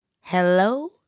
Hello